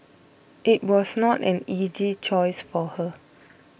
it was not an easy choice for her